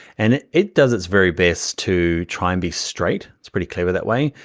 and it it does it's very best to try and be straight. it's pretty clever that way.